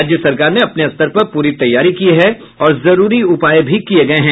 राज्य सरकार ने अपने स्तर पर पूरी तैयारी की है और जरूरी उपाय भी किये गये हैं